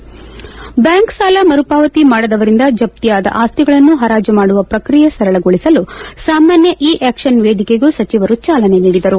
bank ಸಾಲ ಮರುಪಾವತಿ ಮಾಡದವರಿಂದ ಜಪ್ತಿಯಾದ ಆಸ್ತಿಗಳನ್ನು ಹರಾಜು ಮಾಡುವ ಪ್ರಕ್ರಿಯೆ ಸರಳಗೊಳಿಸಲು ಸಾಮಾನ್ಯ ಇ ಆ್ಟಕ್ಷನ್ ವೇದಿಕೆಗೂ ಸಚಿವರು ಚಾಲನೆ ನೀಡಿದರು